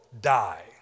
die